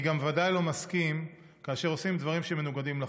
אני גם ודאי לא מסכים כאשר עושים דברים שמנוגדים לחוק.